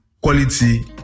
quality